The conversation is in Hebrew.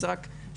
אז רק שתדעו.